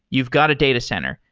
you've got a data center,